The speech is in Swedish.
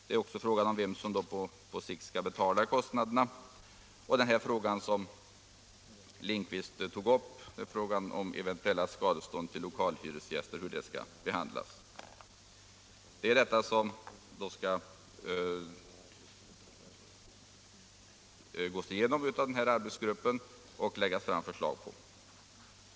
Det är också fråga om vem som på sikt skall betala kostnaderna liksom — som herr Lindkvist var inne på — om eventuella skadestånd till lokalhyresgäster. Detta skall arbetsgruppen gå igenom och lägga fram förslag om.